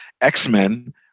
X-Men